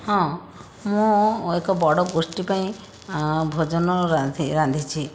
ହଁ ମୁଁ ଏକ ବଡ଼ ଗୋଷ୍ଠୀ ପାଇଁ ଭୋଜନ ରାନ୍ଧି ରାନ୍ଧିଛି